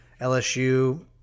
LSU